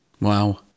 Wow